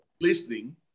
Listening